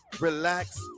relax